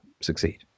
succeed